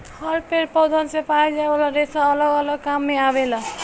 हर पेड़ पौधन से पाए जाये वाला रेसा अलग अलग काम मे आवेला